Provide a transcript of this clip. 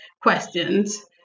questions